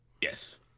Yes